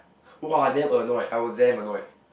!wah! damn annoyed I was damn annoyed